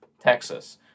Texas